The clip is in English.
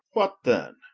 what then?